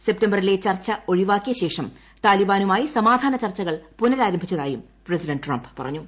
സെപ്റ്റംബറിലെ ചർച്ച ഒഴിവാക്കിയ ശേഷം താലിബാനുമായി സമാധാന ചർച്ചകൾ പുനരാരംഭിച്ചതായും പ്രസിഡന്റ് ട്രംപ് പറഞ്ഞു